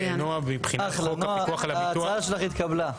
אחלה, נעה, ההצעה שלך התקבלה.